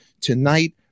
tonight